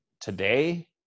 today